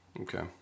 Okay